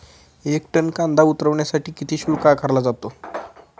एक टन कांदा उतरवण्यासाठी किती शुल्क आकारला जातो?